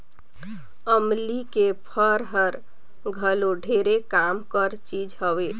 अमली के फर हर घलो ढेरे काम कर चीज हवे